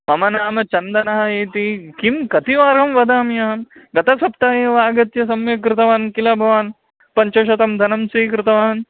मम नाम चन्दनः इति किं कतिवारं वदामि अहं गतसप्ताहे वा आगत्य सम्यक् कृतवान् किल भवान् पञ्चशतं धनं स्वीकृतवान्